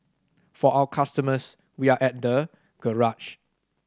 for our customers we are at the garage